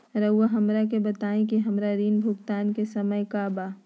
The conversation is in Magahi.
रहुआ हमरा के बताइं कि हमरा ऋण भुगतान के समय का बा?